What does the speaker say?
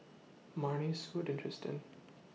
Marnie Sudie and Tristan